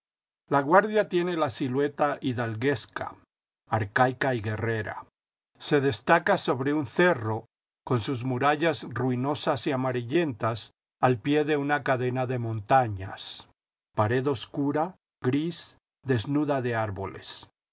automóviles laguardia tiene la silueta hidalguesca arcaica y guerrera se destaca sobre un cerro con sus murallas ruinosas y amarillentas al pie de una cadena de montañas pared obscura gris desnuda de árboles